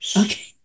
Okay